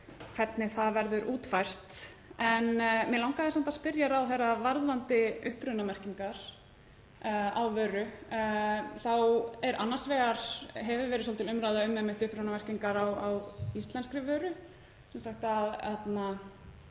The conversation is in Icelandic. hvernig það verður útfært. En mig langaði samt að spyrja ráðherrann um upprunamerkingar á vöru. Það hefur annars vegar verið svolítil umræða um upprunamerkingar á íslenskri vöru.